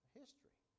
history